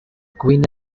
queen